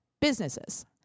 businesses